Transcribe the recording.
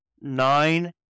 Nine